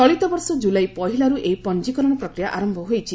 ଚଳିତବର୍ଷ ଜୁଲାଇ ପହିଲାରୁ ଏହି ପଞ୍ଜିକରଣ ପ୍ରକ୍ରିୟା ଆରମଭ ହୋଇଛି